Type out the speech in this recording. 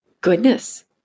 goodness